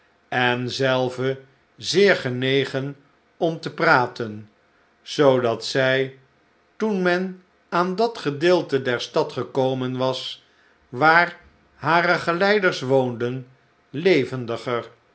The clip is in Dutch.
en zelve zeer genegen om te praten zoodat zij toen men aan dat gedeelte der stad gekomen was waar hare geleiders woonden levendiger